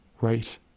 right